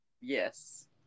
yes